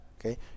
okay